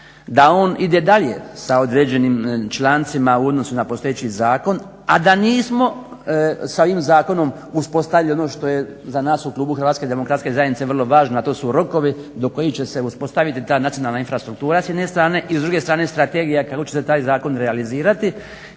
da on ide dalje sa određenim člancima u odnosu na postojeći zakon, a da nismo s ovim zakonom uspostavili ono što je za nas u klubu HDZ-a vrlo važno, a to su rokovi do kojih će se uspostaviti ta nacionalna infrastruktura s jedne strane i s druge strane strategija kako će se taj zakon realizirati.